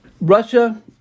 Russia